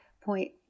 point